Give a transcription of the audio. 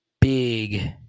big